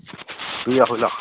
দুই আঢ়ৈ লাখ